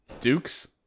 Duke's